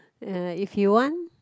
if you want